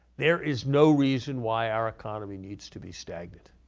there is no reason why our economy needs to be stagnant.